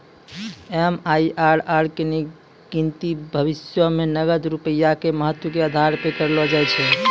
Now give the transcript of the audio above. MIRR के गिनती भविष्यो मे नगद रूपया के महत्व के आधार पे करलो जाय छै